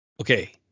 Okay